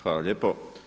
Hvala lijepo.